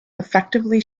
effectively